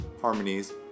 harmonies